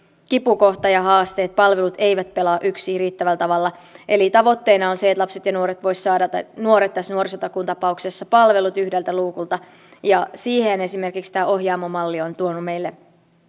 kipukohta ja haaste että palvelut eivät pelaa yksiin riittävällä tavalla eli tavoitteena on se että lapset ja nuoret nuoret tässä nuorisotakuun tapauksessa voisivat saada palvelut yhdeltä luukulta ja siihen esimerkiksi tämä ohjaamo malli on tuonut meille